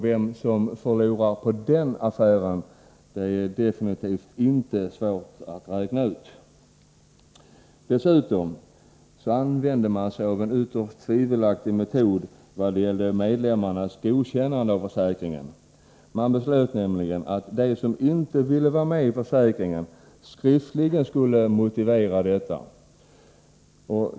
Vem som förlorar på den affären är definitivt inte svårt att räkna ut. Dessutom använde man sig av en ytterst tvivelaktig metod i vad gällde medlemmarnas godkännande av försäkringen. Man beslöt nämligen att de som inte ville vara med i försäkringen skriftligen skulle motivera detta.